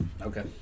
Okay